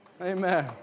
Amen